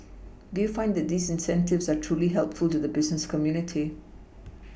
do you find that these incentives are truly helpful to the business community